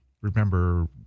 remember